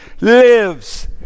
lives